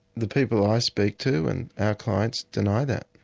the people i speak to and our clients deny that.